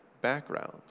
background